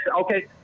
okay